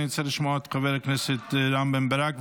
אני רוצה לשמוע את חבר הכנסת רם בן ברק.